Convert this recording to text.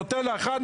"נוטלה 1",